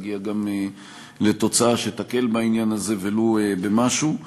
להגיע גם לתוצאה שתקל בעניין הזה ולו במשהו.